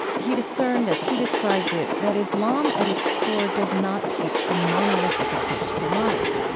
he discerned, as he describes it, that islam at its core does not teach a monolithic approach to life.